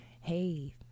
hey